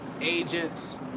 agents